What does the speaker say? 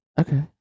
Okay